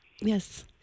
Yes